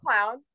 clown